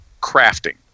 crafting